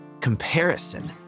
comparison